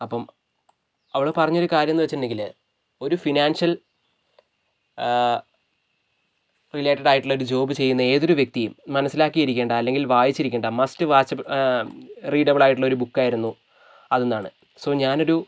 അപ്പം അവിടെ പറഞ്ഞൊരു കാര്യം എന്ന് വച്ചിട്ടുണ്ടെങ്കില് ഒരു ഫിനാൻഷ്യൽ റിലേറ്റഡായിട്ടുള്ള ഒരു ജോബ് ചെയ്യുന്ന ഏതൊരു വ്യക്തിയും മനസ്സിലാക്കിയിരിക്കേണ്ട അല്ലെങ്കിൽ വായിച്ചിരിക്കേണ്ടേ മസ്റ്റ് വാച്ച് റീഡബിൾ ആയിട്ടുള്ള ബുക്കായിരുന്നു അതെന്നാണ് സൊ ഞാനൊരു